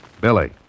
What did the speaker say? Billy